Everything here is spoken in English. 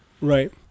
Right